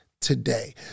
today